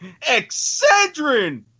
Excedrin